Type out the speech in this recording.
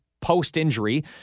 post-injury